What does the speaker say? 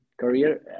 career